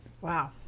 Wow